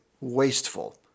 wasteful